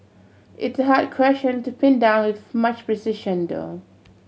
it's a hard question to pin down with much precision though